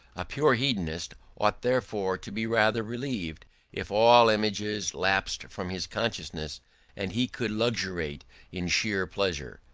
a pure hedonist ought therefore to be rather relieved if all images lapsed from his consciousness and he could luxuriate in sheer pleasure,